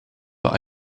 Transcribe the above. but